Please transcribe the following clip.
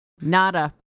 Nada